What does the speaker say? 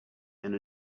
and